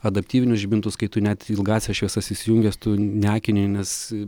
adaptyvinius žibintus kai tu net ilgąsias šviesas įsijungęs tu neakini nes